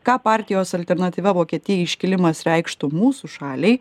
ką partijos alternatyva vokietijai iškilimas reikštų mūsų šaliai